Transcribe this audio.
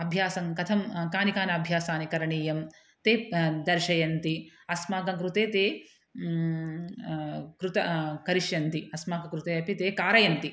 अभ्यासं कथं कानि कानि अभ्यासानि करणीयं ते दर्शयन्ति अस्माकं कृतं कृत करिष्यन्ति अस्माकं कृते अपि ते कारयन्ति